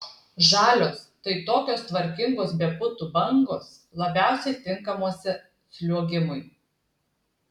žalios tai tokios tvarkingos be putų bangos labiausiai tinkamuose sliuogimui